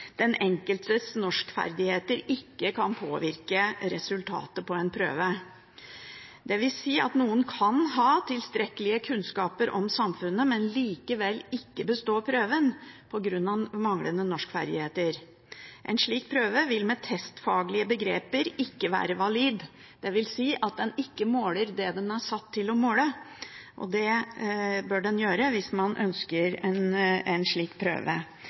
den enkeltes norskferdigheter ikke kan påvirke resultatet på en prøve, dvs. at noen kan ha tilstrekkelige kunnskaper om samfunnet, men likevel ikke bestå prøven på grunn av manglende norskferdigheter. En slik prøve vil med testfaglige begreper ikke være valid, dvs. at den ikke måler det den er satt til å måle, og det bør den gjøre hvis man ønsker en slik prøve.